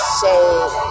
shade